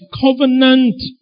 covenant